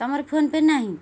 ତମର PhonePe ନାହିଁ